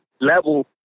level